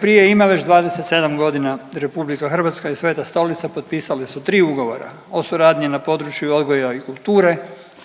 prije, ima već 27.g. RH i Sveta Stolica potpisale su 3 ugovora, o suradnji na području odgoja i kulture,